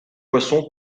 poisson